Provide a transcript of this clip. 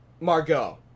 Margot